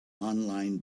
online